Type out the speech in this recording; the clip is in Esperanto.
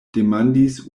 demandis